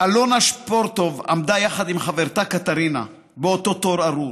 אלונה שפורטוב עמדה יחד עם חברתה קתרינה באותו תור ארור.